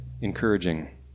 encouraging